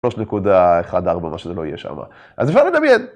3.14 מה שזה לא יהיה שמה, אז אפשר לדמיין.